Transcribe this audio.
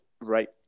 right